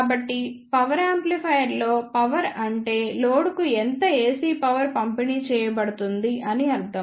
కాబట్టి power amplifier లో power అంటే లోడ్కు ఎంత AC పవర్ పంపిణీ చేయబడుతుంది అని అర్థం